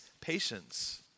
patience